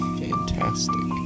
fantastic